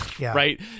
Right